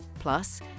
Plus